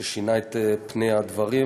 שינה את פני הדברים,